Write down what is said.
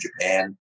Japan